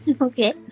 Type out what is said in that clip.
Okay